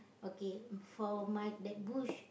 okay for my that bush